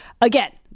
Again